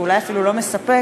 ואולי אפילו לא מספק,